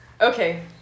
Okay